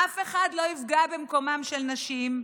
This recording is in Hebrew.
אף אחד לא יפגע במקומן של נשים.